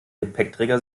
gepäckträger